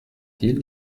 est